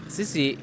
Sisi